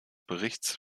berichts